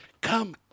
Come